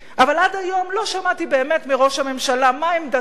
אבל עד היום לא שמעתי באמת מראש הממשלה מה עמדתו,